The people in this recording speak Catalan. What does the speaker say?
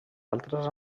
altres